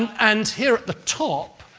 and here at the top,